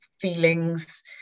feelings